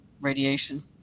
radiation